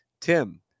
Tim